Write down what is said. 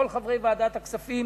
כל חברי ועדת הכספים